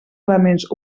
elements